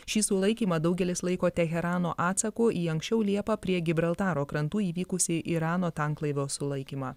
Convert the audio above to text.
šį sulaikymą daugelis laiko teherano atsaku į anksčiau liepą prie gibraltaro krantų įvykusį irano tanklaivio sulaikymą